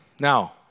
Now